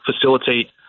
facilitate